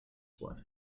worth